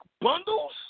bundles